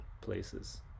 places